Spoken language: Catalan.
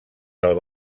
del